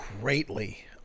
greatly